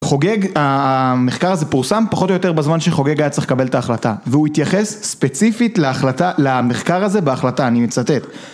חוגג, המחקר הזה פורסם פחות או יותר בזמן שחוגג היה צריך לקבל את ההחלטה והוא התייחס ספציפית להחלטה, למחקר הזה בהחלטה, אני מצטט